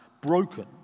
broken